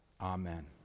Amen